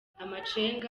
amacenga